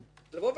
לבוא ולומר